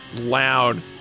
loud